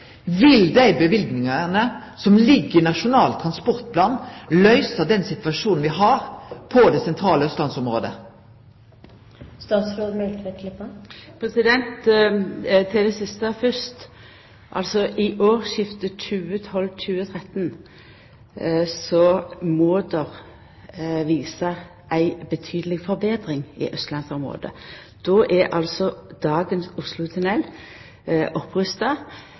ligg i Nasjonal transportplan, løyse den situasjonen vi har på det sentrale austlandsområdet? Til det siste fyrst: Ved årsskiftet 2012–2013 må det visast ei betydeleg forbetring i austlandsområdet. Då er dagens Oslotunnel opprusta,